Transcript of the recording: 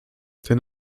ten